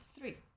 three